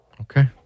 Okay